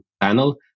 panel